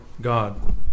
God